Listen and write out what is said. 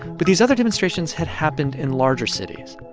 but these other demonstrations had happened in larger cities.